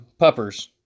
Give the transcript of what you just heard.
puppers